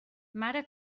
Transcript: mare